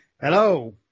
Hello